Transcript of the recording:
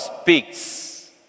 speaks